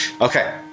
Okay